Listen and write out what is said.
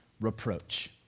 reproach